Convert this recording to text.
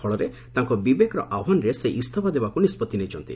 ଫଳରେ ତାଙ୍କ ବିବେକର ଆହ୍ୱାନରେ ସେ ଇସ୍ତଫା ଦେବାକୁ ନିଷ୍ବଉି ନେଇଛନ୍ତି